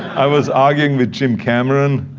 i was arguing with jim cameron.